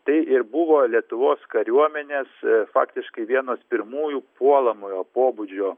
tai ir buvo lietuvos kariuomenės faktiškai vienos pirmųjų puolamojo pobūdžio